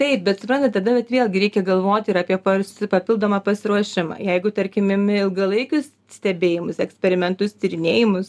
taip bet suprantat tada vat vėlgi reikia galvoti ir apie papildomą pasiruošimą jeigu tarkim imi ilgalaikius stebėjimus eksperimentus tyrinėjimus